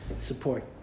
support